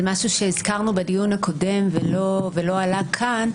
זה משהו שהזכרנו בדיון הקודם ולא עלה כאן,